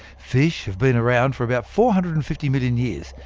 fish have been around for about four hundred and fifty million years,